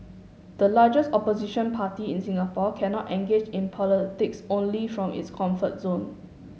the largest opposition party in Singapore cannot engage in politics only from its comfort zone